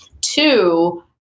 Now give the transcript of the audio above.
Two